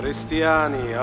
Cristiani